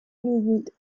movement